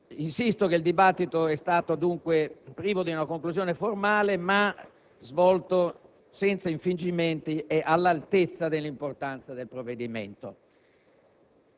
Insisto che il dibattito è stato privo di una conclusione formale, ma che si è svolto senza infingimenti e all'altezza dell'importanza del provvedimento.